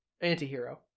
Anti-hero